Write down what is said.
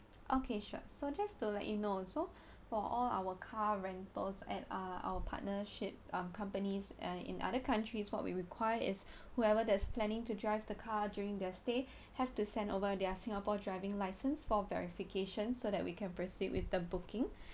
okay sure so just to let you know also for all our car rentals at uh our partnership um companies uh in other countries what we require is whoever that is planning to drive the car during their stay have to send over there singapore driving license for verification so that we can proceed with the booking